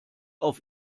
auf